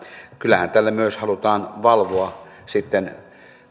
kyllähän tällä myös halutaan valvoa